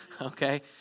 Okay